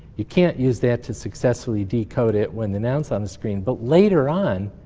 you can't use that to successfully decode it when the noun's on the screen. but later on,